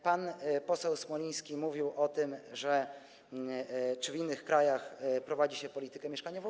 Pan poseł Smoliński pytał o to, czy w innych krajach prowadzi się politykę mieszkaniową.